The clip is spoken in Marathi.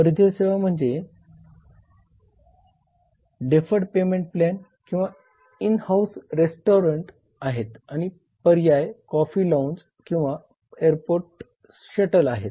परिधीय सेवा स्थम्हणजे डेफर्ड पेमेंट प्लॅन किंवा इन हाऊस रेस्टॉरंट आहेत आणि पर्याय कॉफी लाउंज किंवा एयरपोर्ट शटल आहेत